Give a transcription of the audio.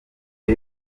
and